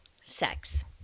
sex